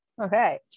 Okay